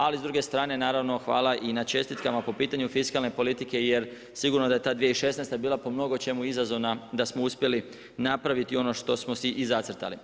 Ali s druge strane naravno hvala i na čestitkama po pitanju fiskalne politike jer sigurno da je ta 2016. bila po mnogo čemu izazovna da smo uspjeli napraviti ono što smo si i zacrtali.